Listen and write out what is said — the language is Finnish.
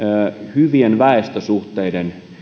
hyvien väestösuhteiden